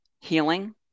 healing